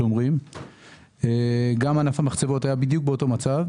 גם ענף המחצבות היה בדיוק באותו מצב.